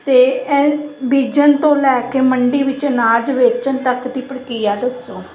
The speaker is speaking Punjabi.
ਅਤੇ ਐ ਬੀਜਣ ਤੋਂ ਲੈ ਕੇ ਮੰਡੀ ਵਿੱਚ ਅਨਾਜ ਵੇਚਣ ਤੱਕ ਦੀ ਪ੍ਰਕਿਰਿਆ ਦੱਸੋ